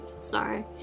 Sorry